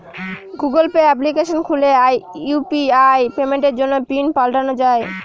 Google Pay application খুলে UPI পেমেন্টের জন্য পিন পাল্টানো যাই